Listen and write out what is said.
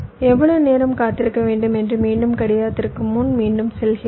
எவ்வளவு நேரம் காத்திருக்க வேண்டும் என்று மீண்டும் கடிகாரத்திற்கு முன் மீண்டும் சொல்கிறேன்